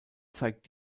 zeigt